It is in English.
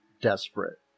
desperate